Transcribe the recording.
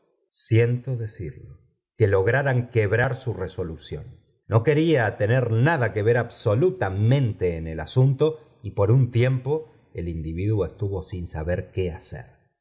pie lograran qu bnn mi resolución no pieria tener nada pie ver uheolutameute en el asunto y por un tiempo el individuo estuvo sin saber qué hacer